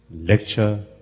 lecture